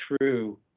true